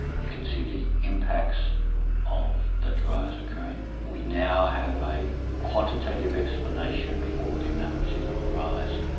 you can see the impacts of that rise occurring. we now have a quantitative explanation for the amount of sea-level rise,